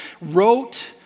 wrote